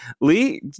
Lee